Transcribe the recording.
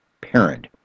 parent